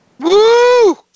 Woo